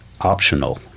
optional